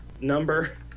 number